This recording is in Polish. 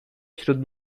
wśród